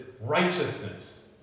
righteousness